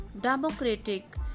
democratic